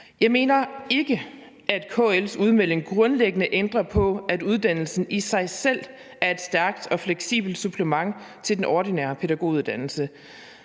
Jeg mener ikke, at KL's udmelding grundlæggende ændrer på, at uddannelsen i sig selv er et stærkt og fleksibelt supplement til den ordinære pædagoguddannelse,